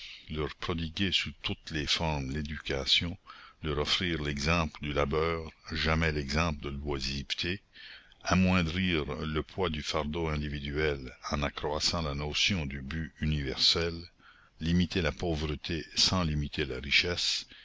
leur prodiguer sous toutes les formes l'éducation leur offrir l'exemple du labeur jamais l'exemple de l'oisiveté amoindrir le poids du fardeau individuel en accroissant la notion du but universel limiter la pauvreté sans limiter la richesse